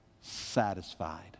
satisfied